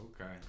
Okay